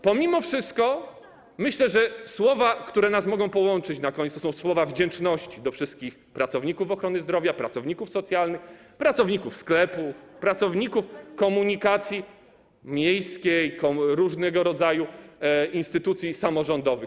Pomimo wszystko myślę, że słowa, które mogą nas połączyć na koniec, to są słowa wdzięczności skierowane do wszystkich pracowników ochrony zdrowia, pracowników socjalnych, pracowników sklepów, pracowników komunikacji miejskiej, różnego rodzaju instytucji samorządowych.